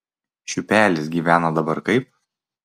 šiupelis gyvena dabar kaip